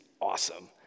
awesome